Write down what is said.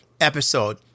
episode